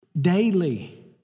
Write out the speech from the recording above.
daily